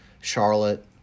Charlotte